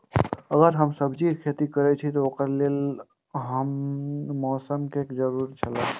अगर हम सब्जीके खेती करे छि ओकरा लेल के हन मौसम के जरुरी छला?